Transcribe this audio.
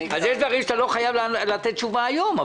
אז יש דברים שאתה לא חייב לענות עליהם תשובה היום,